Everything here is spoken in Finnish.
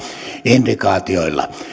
indikaatioilla